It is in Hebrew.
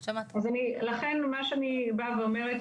לכן מה שאני באה ואומרת,